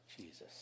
Jesus